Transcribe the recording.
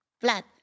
flat